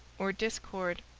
or discord.